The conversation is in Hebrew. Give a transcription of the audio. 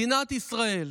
מדינת ישראל,